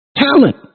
talent